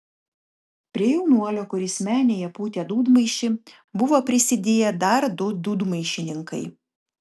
prie jaunuolio kuris menėje pūtė dūdmaišį buvo prisidėję dar du dūdmaišininkai